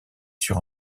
sur